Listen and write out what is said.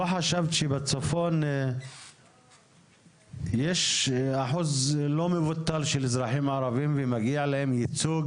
לא חשבת שבצפון יש אחוז לא מבוטל של אזרחים ערבים ומגיע להם ייצוג?